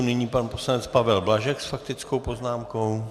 Nyní pan poslanec Pavel Blažek s faktickou poznámkou.